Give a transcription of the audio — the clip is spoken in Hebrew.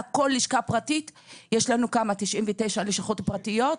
יש לנו כאן 96 לשכות פרטיות.